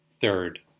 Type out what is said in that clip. third